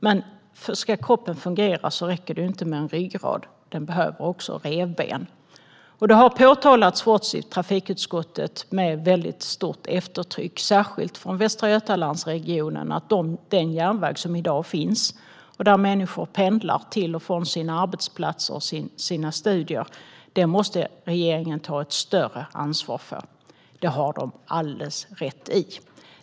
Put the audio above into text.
Men ska kroppen fungera räcker det inte med en ryggrad. Den behöver också revben. Det har påtalats för oss i trafikutskottet med väldigt stort eftertryck, särskilt från Västra Götalandsregionen, att den järnväg som i dag finns och som människor använder för att pendla till och från sina arbetsplatser och studier måste regeringen ta ett större ansvar för. Det har de alldeles rätt i.